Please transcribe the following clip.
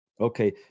okay